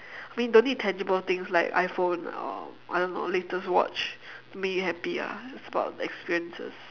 I mean don't need tangible things like iPhone or I don't know latest watch to make you happy ah it's about experiences